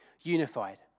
unified